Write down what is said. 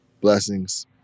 blessings